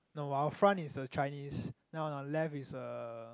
no our front is a Chinese then on our left is a